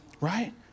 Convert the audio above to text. Right